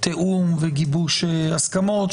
תיאום וגיבוש הסכמות,